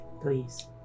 Please